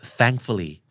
Thankfully